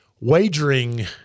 wagering